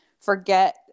forget